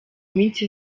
minsi